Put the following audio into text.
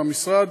על המשרד.